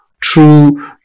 true